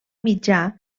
mitjà